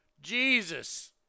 Jesus